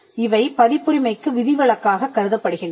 இவை பதிப்புரிமைக்கு விதிவிலக்காகக் கருதப்படுகின்றன